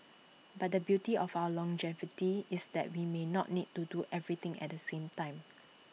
but the beauty of our longevity is that we may not need to do everything at the same time